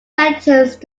sentenced